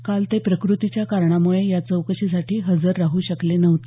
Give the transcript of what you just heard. काल ते प्रकृतीच्या कारणामुळे या चौकशीसाठी हजर राहू शकले नव्हते